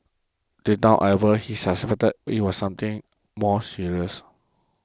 deep down however he suspected it was something more serious